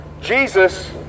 Jesus